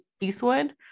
eastwood